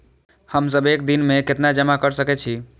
हम सब एक दिन में केतना जमा कर सके छी?